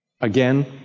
again